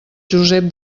josep